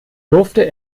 durfte